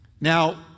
Now